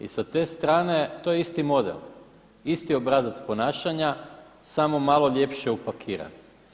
I sa te strane, to je isti model, isti obrazac ponašanja, samo malo ljepše upakiran.